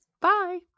Bye